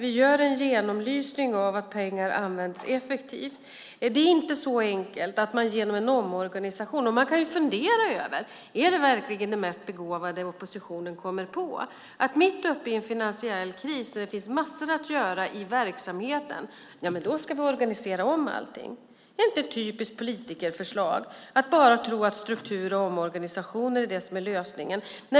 Vi gör en genomlysning för att se om pengar används effektivt. Det är inte så enkelt som att göra en omorganisation. Man kan fundera över om det verkligen är det mest begåvade oppositionen kan komma på att mitt uppe i en finansiell kris när det finns massor att göra i verksamheten organisera om allting. Är det inte ett typiskt politikerförslag? Man tror att ändrad struktur och omorganisation är lösningen.